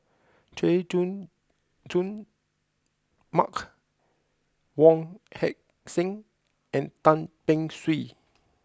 Chay Jung Jun Mark Wong Heck Sing and Tan Beng Swee